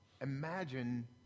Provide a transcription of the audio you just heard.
Imagine